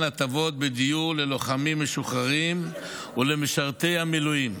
הטבות בדיור ללוחמים משוחררים ולמשרתי המילואים.